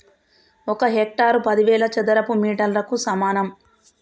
ఒక హెక్టారు పదివేల చదరపు మీటర్లకు సమానం